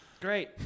Great